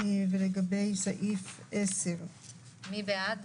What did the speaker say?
בקשה לרוויזיה לסעיף 7. מי בעד?